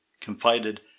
confided